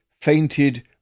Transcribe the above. fainted